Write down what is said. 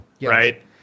right